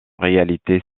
réalité